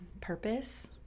Purpose